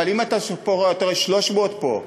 אבל אם אתה רואה 300 פה,